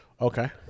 Okay